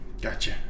gotcha